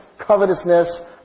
covetousness